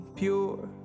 pure